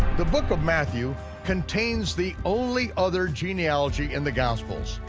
the book of matthew contains the only other genealogy in the gospels.